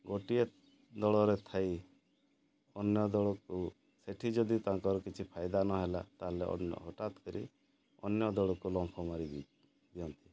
ଗୋଟିଏ ଦଳରେ ଥାଇ ଅନ୍ୟ ଦଳକୁ ସେଠି ଯଦି ତାଙ୍କର କିଛି ଫାଇଦା ନହେଲା ତାହେଲେ ଅନ୍ୟ ହଠାତ୍ କରି ଅନ୍ୟ ଦଳକୁ ଲମ୍ପ ମାରିଦେଇ ଦିଅନ୍ତି